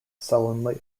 sullenly